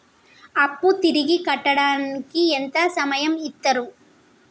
అప్పు తిరిగి కట్టడానికి ఎంత సమయం ఇత్తరు?